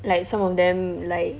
like some of them like